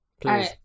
please